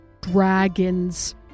dragons